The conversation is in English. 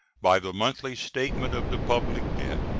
by the monthly statement of the public debt,